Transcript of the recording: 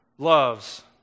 loves